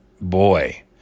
Boy